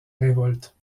révolte